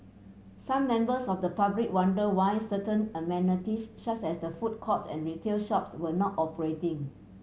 some members of the public wondered why certain amenities such as the food court and retail shops were not operating